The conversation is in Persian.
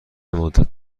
مدت